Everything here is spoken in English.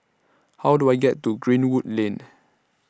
How Do I get to Greenwood Lane